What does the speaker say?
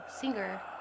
Singer